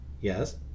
yes